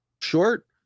short